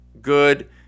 good